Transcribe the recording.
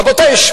רבותי,